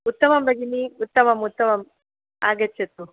उत्तमम् भगिनि उत्तमम् उत्तमम् आगच्छतु